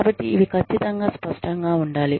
కాబట్టి ఇవి ఖచ్చితంగా స్పష్టంగా ఉండాలి